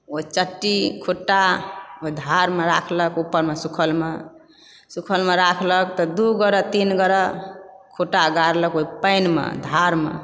ओ चट्टी खुट्टा धारमे राखलक ऊपरमे सुखलमे सुखलमे राखलक तऽ दू गोड़े तीन गोड़े खुट्टा गाड़लक ओहि पानिमे ओहि धारमे